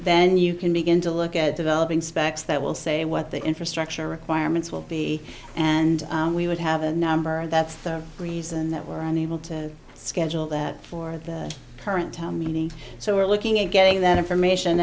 then you can begin to look at developing specs that will say what the infrastructure requirements will be and we would have a number that's the reason that we're unable to schedule that for the current time meaning so we're looking at getting that information